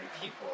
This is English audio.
people